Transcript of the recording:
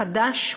חדש,